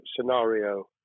scenario